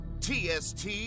TST